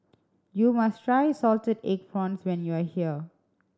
you must try salted egg prawns when you are here